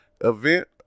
event